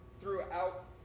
throughout